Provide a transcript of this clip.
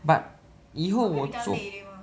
but 以后我做